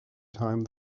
time